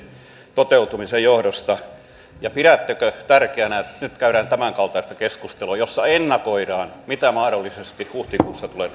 toteutumisen johdosta ja pidättekö tärkeänä että nyt käydään tämänkaltaista keskustelua jossa ennakoidaan mitä mahdollisesti huhtikuussa tulee